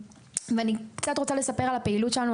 אני רוצה לספר על הפעילות שלנו.